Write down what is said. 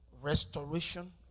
restoration